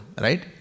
right